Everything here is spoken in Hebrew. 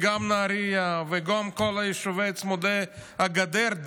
וגם נהריה וגם כל היישובים צמודי הגדר.